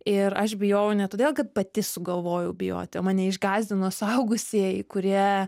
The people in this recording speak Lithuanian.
ir aš bijojau ne todėl kad pati sugalvojau bijoti o mane išgąsdino suaugusieji kurie